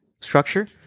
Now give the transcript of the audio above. structure